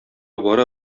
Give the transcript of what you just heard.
бара